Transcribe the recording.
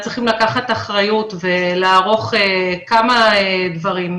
הם צריכים לקחת אחריות ולערוך כמה דברים.